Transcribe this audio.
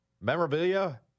Memorabilia